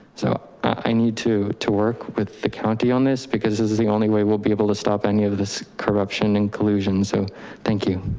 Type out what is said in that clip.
so i need to, to work with the county on this, because this is the only way we'll be able to stop any of this corruption and collusion. so thank you.